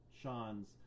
Sean's